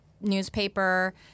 newspaper